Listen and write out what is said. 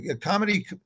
comedy